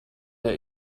der